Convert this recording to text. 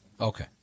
okay